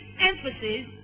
emphasis